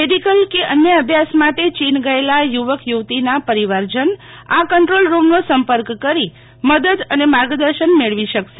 medical કે અન્ય અભ્યાસ માટે ચીન ગયેલા યુવક યુવતી ના પરિવારજન આ કંટ્રોલ રૂમ નો સંપર્ક કરી મદદ અને માર્ગદર્શન મેળવી શકશે